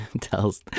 tells